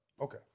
Okay